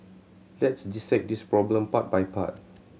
let's dissect this problem part by part